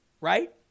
right